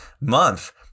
month